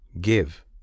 give